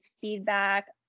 feedback